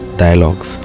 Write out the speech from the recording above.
dialogues